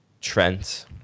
Trent